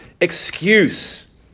excuse